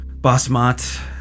Basmat